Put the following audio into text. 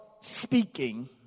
speaking